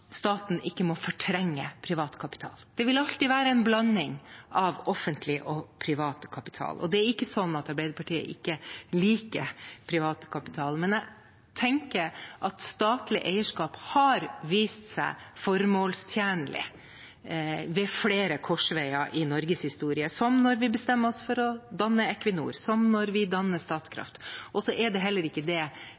staten ikke må fortrenge privat kapital. Det vil alltid være en blanding av offentlig og privat kapital. Det er ikke sånn at Arbeiderpartiet ikke liker privat kapital, men jeg tenker at statlig eierskap har vist seg formålstjenlig ved flere korsveier i Norges historie, som når vi bestemmer oss for å danne Equinor, som når vi danner